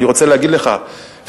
אני רוצה להגיד לך שחלק